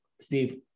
Steve